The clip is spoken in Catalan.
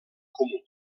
comú